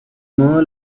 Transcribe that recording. modo